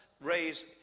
raise